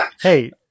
Hey